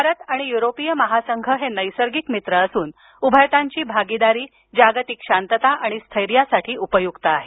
भारत आणि युरोपीय महासंघ हे नैसर्गिक मित्र असून उभयतांची भागीदारी जागतिक शांतता आणि स्थैर्यासाठी उपयुक्त आहे